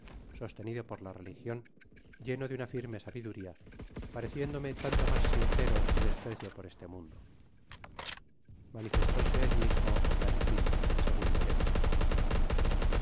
sostenido por la religion lleno de una firme sabiduria pareciéndose tanto mas sincero su desprecio por este mundo manifestóse el mismo hasta el fin segun veremos